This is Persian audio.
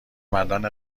مردان